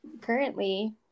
currently